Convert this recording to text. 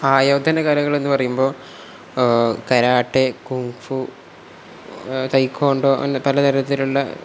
ആയോധന കലകൾ എന്നു പറയുമ്പോൾ കരാട്ടെ കുങ്ഫു തൈക്കോണ്ടോ പലതരത്തിലുള്ള